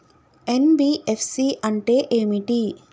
NBFC అంటే ఏమిటి?